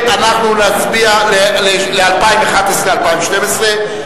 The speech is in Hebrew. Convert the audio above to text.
ל-2011 2012,